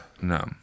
no